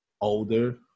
older